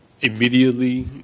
Immediately